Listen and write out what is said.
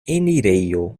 enirejo